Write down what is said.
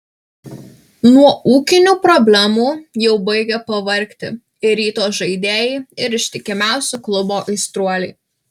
nuo ūkinių problemų jau baigia pavargti ir ryto žaidėjai ir ištikimiausi klubo aistruoliai